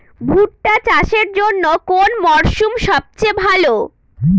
ভুট্টা চাষের জন্যে কোন মরশুম সবচেয়ে ভালো?